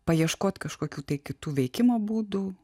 paieškot kažkokių kitų veikimo būdų